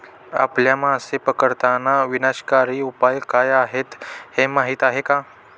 आपल्या मासे पकडताना विनाशकारी उपाय काय आहेत हे माहीत आहे का?